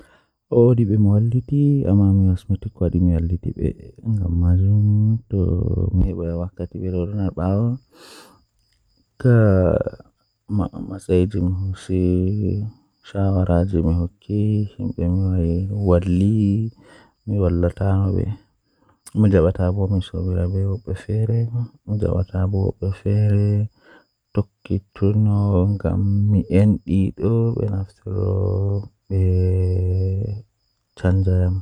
Wuluki nange be wakkati nange don laata caappan e nay e jweenay nden jemma bo don laata cappan e jweetati e didi feere e tati feere e nay.